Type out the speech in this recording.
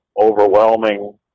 overwhelming